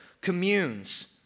communes